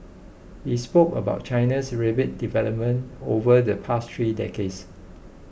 he spoke about China's rapid development over the past three decades